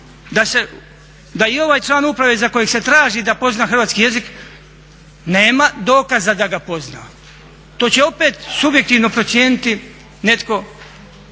da i ovaj član uprave za kojeg se traži da poznaje hrvatski jezik nema dokaza da ga poznaje. To će opet subjektivno procijeniti netko